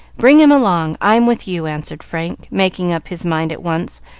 bring him along i'm with you! answered frank, making up his mind at once,